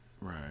Right